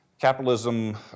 Capitalism